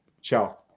ciao